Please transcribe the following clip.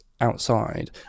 outside